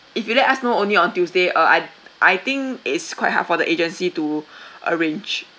if you let us know only on tuesday uh I I think it's quite hard for the agency to arrange